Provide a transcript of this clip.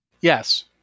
Yes